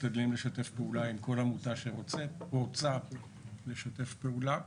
משתדלים לשתף פעולה עם כל עמותה שרוצה לשתף פעולה.